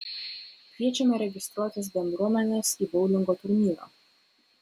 kviečiame registruotis bendruomenes į boulingo turnyrą